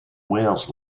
whales